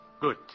Good